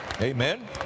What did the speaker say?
amen